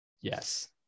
Yes